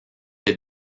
des